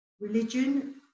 Religion